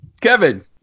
Kevin